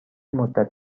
مدت